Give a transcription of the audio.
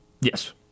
Yes